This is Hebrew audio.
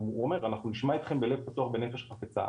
הוא אומר אנחנו נשמע אתכם בלב פתוח בנפש חפצה,